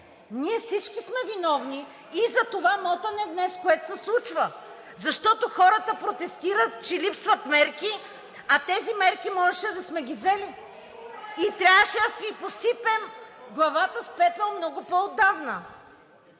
и всички ние сме виновни за това мотане днес, което се случва. Хората протестират, защото липсват мерки. Тези мерки можеше да сме ги взели или трябваше да си посипем главата с пепел много по-отдавна.